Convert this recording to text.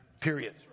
Period